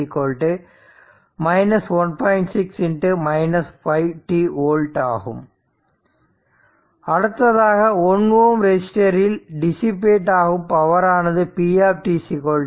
6 5 t volt ஆகும அடுத்ததாக 1 Ω resistor இல் டிசிபேட் ஆகும் பவர் ஆனது p V 2 R